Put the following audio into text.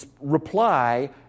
reply